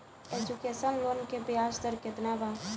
Education loan के ब्याज दर केतना बा?